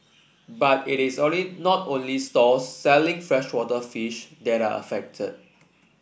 but it is only not only stalls selling freshwater fish that are affected